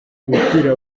umupira